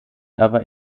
aber